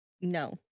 no